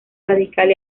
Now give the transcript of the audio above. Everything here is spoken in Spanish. radical